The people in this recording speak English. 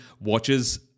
watches